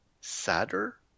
sadder